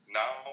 now